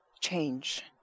change